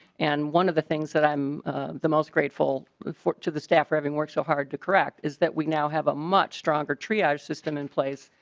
and one of the things that the most grateful for to the staff reading work so hard to crack is that we now have a much stronger tree our system in place.